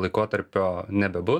laikotarpio nebebus